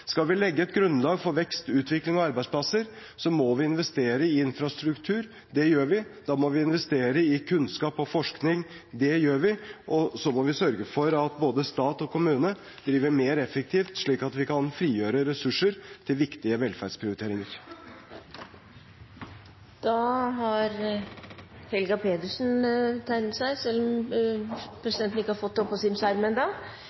Skal vi legge et grunnlag for vekst, utvikling og arbeidsplasser, må vi investere i infrastruktur. Det gjør vi. Vi må investere i kunnskap og forskning. Det gjør vi. Og vi må sørge for at både stat og kommuner driver mer effektivt, slik at vi kan frigjøre ressurser til viktige velferdsprioriteringer. Representanten Helga Pedersen